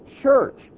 church